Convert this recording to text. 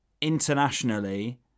internationally